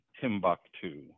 Timbuktu